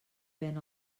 ven